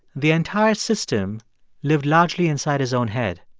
the entire system lived largely inside his own head.